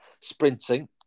sprinting